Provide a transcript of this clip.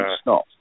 stop